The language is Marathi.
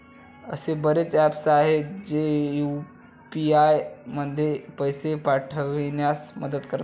असे बरेच ऍप्स आहेत, जे यू.पी.आय मधून पैसे पाठविण्यास मदत करतात